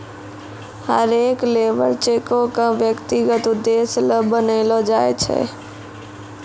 हरेक लेबर चेको क व्यक्तिगत उद्देश्य ल बनैलो जाय छै